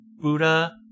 Buddha